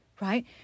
right